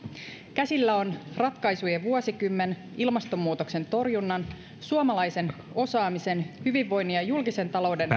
käsillä on ratkaisujen vuosikymmen ilmastonmuutoksen torjunnan suomalaisen osaamisen hyvinvoinnin ja julkisen talouden